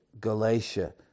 Galatia